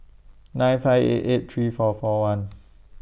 nine five eight eight three four four one